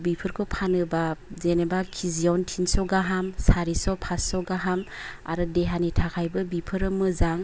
बिफोरखौ फानोबा जेनेबा किजिआवनो थिनस' गाहाम सारिस' फास्स' गाहाम आरो देहानि थाखायबो बिफोरो मोजां